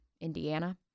Indiana